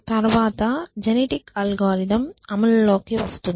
తర్వాత genetic algorithm అమలులోకి వస్తుంది